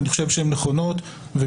ואני חושב שהן נכונות ומתבקשות.